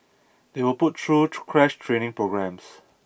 they were put through crash training programmes